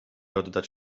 oddać